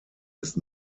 ist